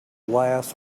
last